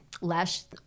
last